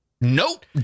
Nope